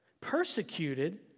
Persecuted